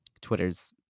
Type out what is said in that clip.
Twitter's